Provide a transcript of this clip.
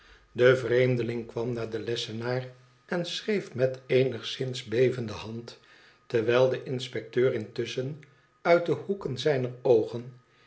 de vreemdeling kwam naar den lessenaar en schreef met eenigszins bevende hand terwijl de inspecteur intusschen uit de boeken zijner oogen